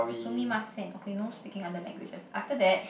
sumimasen okay no speaking other languages after that